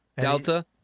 Delta